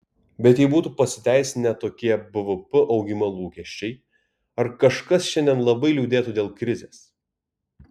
bet jei būtų pasiteisinę tokie bvp augimo lūkesčiai ar kažkas šiandien labai liūdėtų dėl krizės